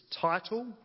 title